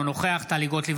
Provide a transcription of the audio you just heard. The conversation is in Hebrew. אינו נוכח טלי גוטליב,